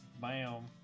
Bam